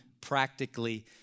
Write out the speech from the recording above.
practically